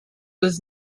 was